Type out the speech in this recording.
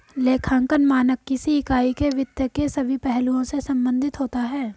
लेखांकन मानक किसी इकाई के वित्त के सभी पहलुओं से संबंधित होता है